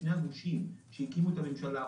בין שני הגושים שהקימו את הממשלה,